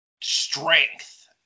strength